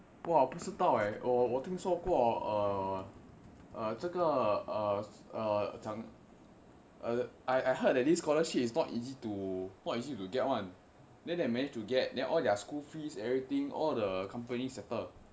!wah! 不是到我听说过呃呃这个将:bu shi dao wo ting shuo guo eai eai zhe ge jiang err I I heard that this scholarship is not easy to get not easy to get [one] then they managed to get then all their school fees everything all the company settle